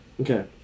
Okay